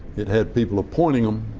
it had people appointing them